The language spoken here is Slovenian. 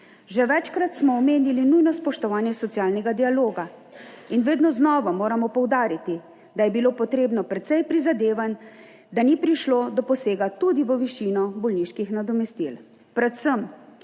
Že večkrat smo omenili nujno spoštovanje socialnega dialoga in vedno znova moramo poudariti, da je bilo potrebno precej prizadevanj, da ni prišlo do posega tudi v višino bolniških nadomestil. Predvsem